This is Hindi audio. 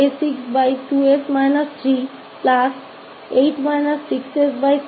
तो यह वह function है जिसका लैपलेस रूपांतरण इस प्रकार दिया गया है 62s 38 6s16s29है